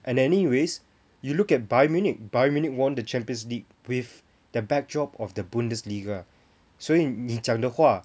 and anyways you look at Bayern Munich Bayern Munich won the champions league with the backdrop of the bundesliga 所以你讲的话